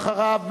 ואחריו,